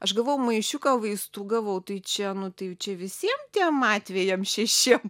aš gavau maišiuką vaistų gavau tai čia nu tai čia visiem tiem atvejam šešiem